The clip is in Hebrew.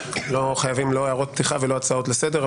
לא חייבים לא הערות פתיחה ולא הצעות לסדר,